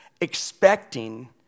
expecting